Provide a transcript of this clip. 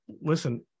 listen